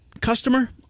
customer